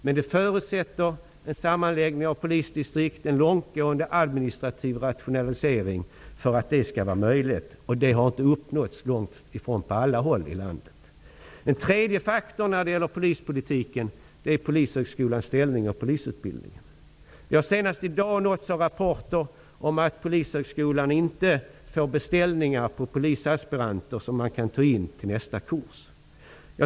Men det förutsätter en sammanläggning av polisdistrikt och en långtgående administrativ rationalisering. Det har långt ifrån uppnåtts på alla håll i landet. Den tredje faktorn i polispolitiken är Senast i dag nåddes vi av rapporter om att Polishögskolan inte får beställningar på polisaspiranter som skulle tas in på nästa kurs.